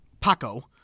Paco